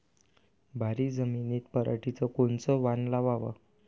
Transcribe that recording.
भारी जमिनीत पराटीचं कोनचं वान लावाव?